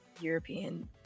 european